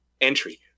entry